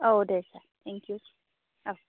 औ दे सार थेंकि इउ